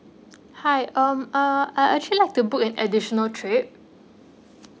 hi um uh I actually like to book an additional trip